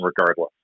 regardless